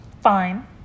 fine